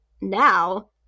now